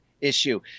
issue